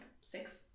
six